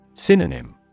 Synonym